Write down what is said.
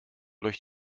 durch